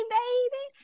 baby